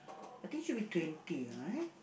I think should be twenty